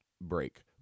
break